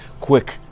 quick